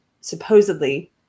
supposedly